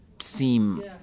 seem